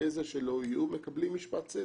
איזה שלא יהיו, מקבלים משפט צדק.